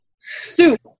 soup